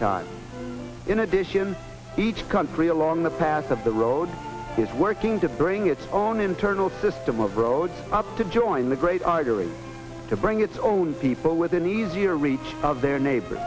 ime in addition each country along the path of the road is working to bring its own internal system of roads up to join the great arteries to bring its own people within easy reach of their neighbors